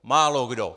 Málokdo.